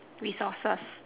resources